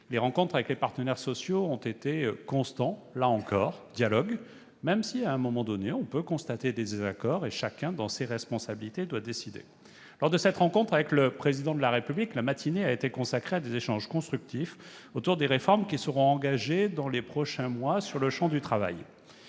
les rencontres avec les partenaires sociaux ont été constantes. Là encore, le dialogue existe, même si, à un moment donné, on peut constater des désaccords et si chacun, dans le cadre de ses responsabilités, doit décider. Lors de cette rencontre avec le Président de la République, la matinée a été consacrée à des échanges constructifs autour des réformes qui seront engagées dans les prochains mois sur le champ du travail.